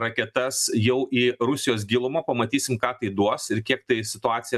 raketas jau į rusijos gilumą pamatysim ką tai duos ir kiek tai situaciją